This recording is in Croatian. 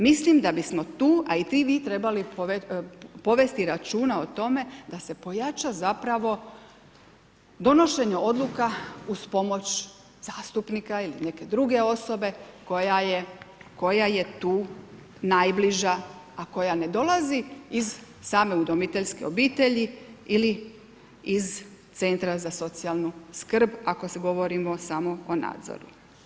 Mislim da bismo tu a i vi trebali povesti računa o tome da se pojača zapravo donošenje odluka uz pomoć zastupnika ili neke druge osobe koja je tu najbliža, a koja ne dolazi iz same udomiteljske obitelji ili iz centra za socijalnu skrb ako govorimo samo o nadzoru.